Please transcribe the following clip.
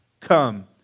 come